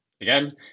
again